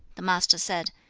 the master said,